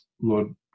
Lord